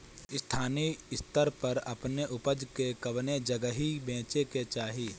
स्थानीय स्तर पर अपने ऊपज के कवने जगही बेचे के चाही?